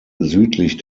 südlich